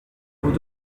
vous